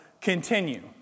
continue